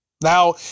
Now